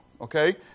Okay